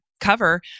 cover